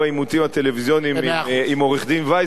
הטלוויזיוניים עם עורך-הדין וייסגלס,